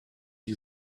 you